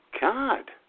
God